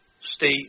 State